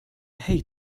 hate